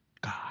God